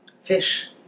Fish